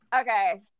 Okay